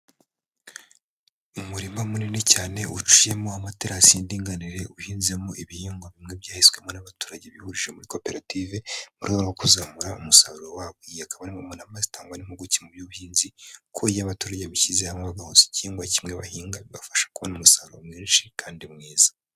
Umurima munini cyane uciyemo amaterasi y'indinganire, uhinzemo ibihingwa bimwe byahiswemo n'abaturage bihurije muri koperative, mu rwego rwo kuzamura umusaruro wabo; iyi ikaba ari imwe mu nama zitangwa n'impimpuguke mu by'ubuhinzi, ko iyo abaturage bishyize hamwe bahuza igihingwa kimwe bahinga, bibafasha kubona umusaruro mwinshi kandi mwiza.